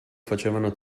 facevano